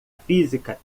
física